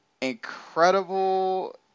incredible